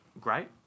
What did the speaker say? great